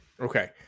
Okay